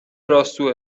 راسو